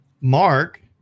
Mark